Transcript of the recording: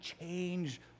change